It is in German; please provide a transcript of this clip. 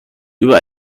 über